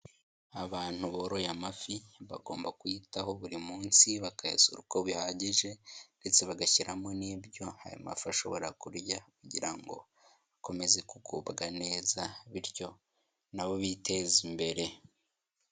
Abantu boroye amafi bagomba kuyitaho buri munsi bakayasura uko bihagije ndetse bagashyiramo n'ibyo ayo mafi ashobora kurya kugira ngo akomeze kubaho neza bityo nabo biteze imbere.